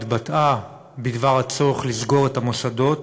התבטאה בדבר הצורך לסגור את המוסדות,